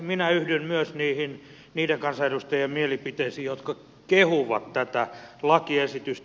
minä yhdyn myös niiden kansanedustajien mielipiteisiin jotka kehuvat tätä lakiesitystä